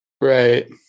Right